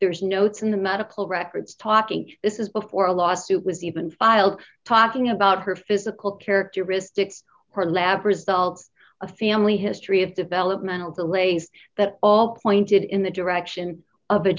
there's notes in the medical records talking this is before a lawsuit was even filed talking about her physical characteristics or lab results a family history of developmental delays that all pointed in the direction of